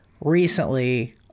recently